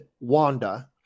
Wanda